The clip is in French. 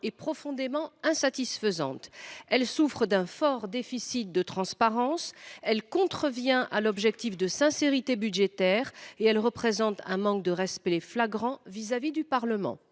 est profondément insatisfaisante. Elle souffre d’un fort déficit de transparence, contrevient à l’objectif de sincérité budgétaire et constitue un manque de respect flagrant à l’égard du Parlement.